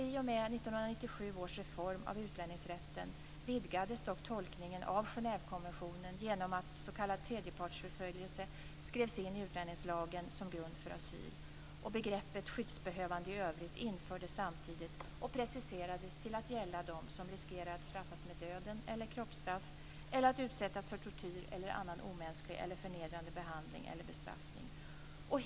I och med 1997 års reform av utlänningsrätten vidgades dock tolkningen av Genèvekonventionen genom att s.k. tredjepartsförföljelse skrevs in i utlänningslagen som grund för asyl. Begreppet "skyddsbehövande i övrigt" infördes samtidigt och preciserades till att gälla dem som riskerar att straffas med döden eller kroppsstraff eller att utsättas för tortyr eller annan omänsklig eller förnedrande behandling eller bestraffning.